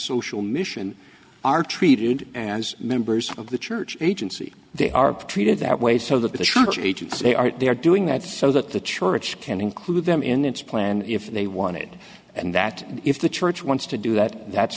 social mission are treated as members of the church agency they are treated that way so that the charge agents they are there doing that so that the church can include them in its plan if they want it and that if the church wants to do that that's